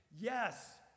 Yes